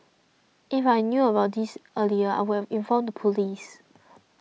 if I knew about this earlier I would have informed the police